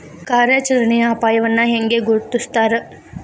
ಕಾರ್ಯಾಚರಣೆಯ ಅಪಾಯವನ್ನ ಹೆಂಗ ಗುರ್ತುಸ್ತಾರ